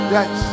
Yes